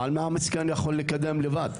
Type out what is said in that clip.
אבל מה המסכן יכול לקדם לבד?